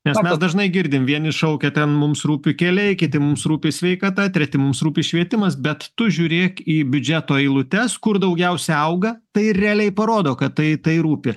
nes mes dažnai girdim vieni šaukia ten mums rūpi keliai kiti mums rūpi sveikata treti mums rūpi švietimas bet tu žiūrėk į biudžeto eilutes kur daugiausia auga tai realiai parodo kad tai tai rūpi